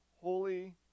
holy